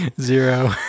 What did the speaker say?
zero